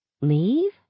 Leave